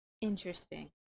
interesting